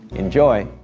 enjoy.